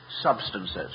substances